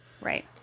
Right